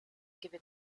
given